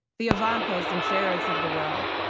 the ivankas and jareds of the world,